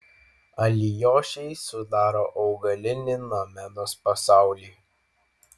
alijošiai sudaro augalinį nomedos pasaulį